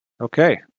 okay